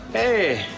a